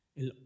el